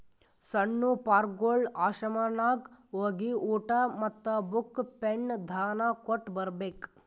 ಸಣ್ಣು ಪಾರ್ಗೊಳ್ ಆಶ್ರಮನಾಗ್ ಹೋಗಿ ಊಟಾ ಮತ್ತ ಬುಕ್, ಪೆನ್ ದಾನಾ ಕೊಟ್ಟ್ ಬರ್ಬೇಕ್